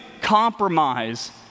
compromise